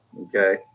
okay